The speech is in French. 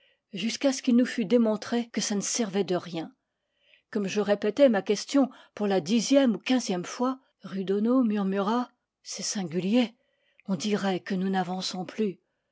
jusqu'à ce qu'il nous fut démontré que ça ne servait de rien comme je répé tais ma question pour la dixième ou quinzième fois rudono murmura c'est singulier on dirait que nous n'avançons plus